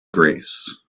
grace